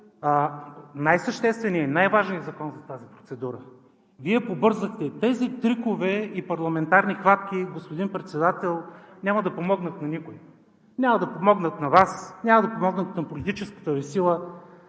най-съществения и най-важния закон в тази процедура. Вие избързахте – тези трикове и парламентарни хватки, господин Председател, няма да помогнат на никого. Няма да помогнат на Вас, няма да помогнат на политическата Ви сила.